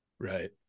Right